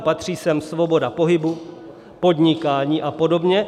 Patří sem svoboda pohybu, podnikání a podobně.